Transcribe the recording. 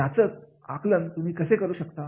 याचं आकलन तुम्ही कसे करू शकता